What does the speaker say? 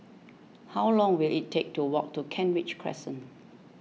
how long will it take to walk to Kent Ridge Crescent